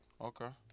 Okay